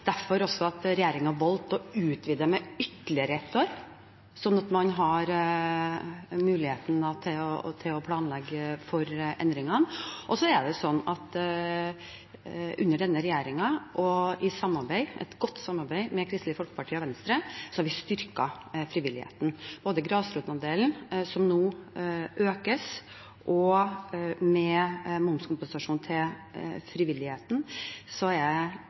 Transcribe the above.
også derfor regjeringen valgte å utvide med ytterligere ett år, slik at man har mulighet til å planlegge for endringene. Så er det slik at denne regjeringen – i et godt samarbeid med Kristelig Folkeparti og Venstre – har styrket frivilligheten. Med grasrotandelen som nå økes, og med momskompensasjon til frivilligheten er jeg